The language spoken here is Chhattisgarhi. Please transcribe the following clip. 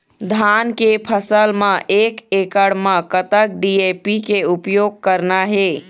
धान के फसल म एक एकड़ म कतक डी.ए.पी के उपयोग करना हे?